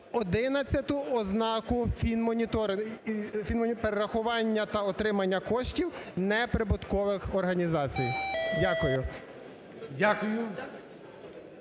11-ту ознаку фінмоніторингу: перерахування та отримання коштів неприбуткових організацій. Дякую.